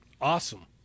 awesome